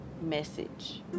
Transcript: message